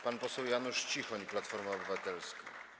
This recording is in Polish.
Pan poseł Janusz Cichoń, Platforma Obywatelska.